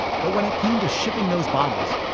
but when it came to shipping those bottles,